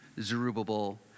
Zerubbabel